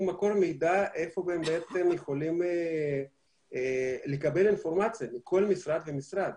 מקור מידע איפה הם יכולים לקבל אינפורמציה בכל משרד ומשרד.